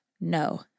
No